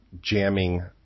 jamming